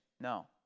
No